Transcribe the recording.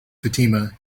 fatima